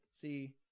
see